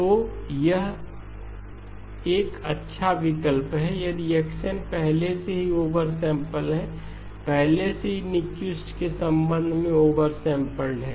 तो यह एक अच्छा विकल्प है यदि x n पहले से ही ओवर सैंपल है पहले से ही न्यूक्विस्ट के संबंध में ओवर सैंपलड है